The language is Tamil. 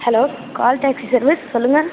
ஹலோ கால் டேக்சி சர்விஸ் சொல்லுங்கள்